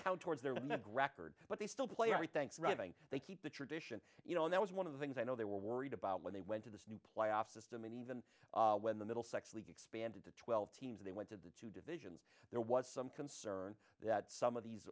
count towards their meg record but they still play every thanksgiving they keep the tradition you know and that was one of the things i know they were worried about when they went to this new playoff system in and when the middle sexually expanded to twelve teams they went to the two divisions there was some concern that some of these